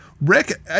Rick